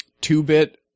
two-bit